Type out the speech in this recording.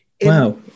Wow